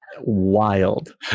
Wild